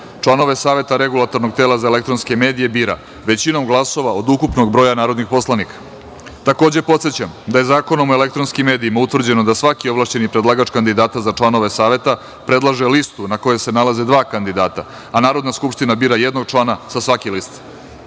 članove saveta Regulatornog tela za elektronske medije, bira većinom glasova, od ukupnog broja narodnih poslanika. Takođe podsećam da je Zakonom o elektronskim medijima utvrđeno da svaki ovlašćeni predlagač kandidata za članove Saveta, predlaže listu na kojoj se nalaze dva kandidata, a Narodna skupština bira jednog člana sa svake